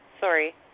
sorry